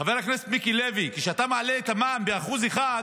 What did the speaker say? חבר הכנסת מיקי לוי, כשאתה מעלה את המע"מ ב-1%,